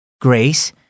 Grace